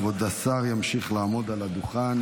כבוד השר ימשיך לעמוד על הדוכן,